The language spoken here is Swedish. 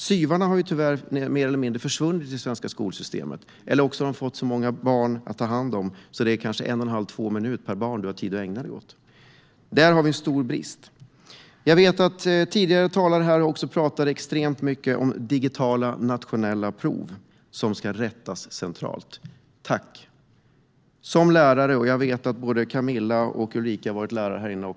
SYV-arna har tyvärr mer eller mindre försvunnit i det svenska skolsystemet eller också har de så många elever att ta hand om att de kanske bara har 1 1⁄2 2 minuter att ägna åt varje barn. Här finns det en stor brist. Tidigare talare har pratat mycket om digitala nationella prov som ska rättas centralt - tack! Jag vet att både Camilla och Ulrika har varit lärare.